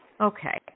Okay